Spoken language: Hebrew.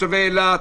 תושבי אילת,